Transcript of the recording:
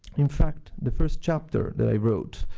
in fact, the first chapter that i wrote,